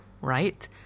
right